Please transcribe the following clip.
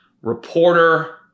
reporter